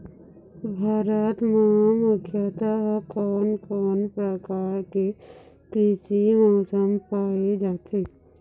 भारत म मुख्यतः कोन कौन प्रकार के कृषि मौसम पाए जाथे?